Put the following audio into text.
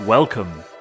Welcome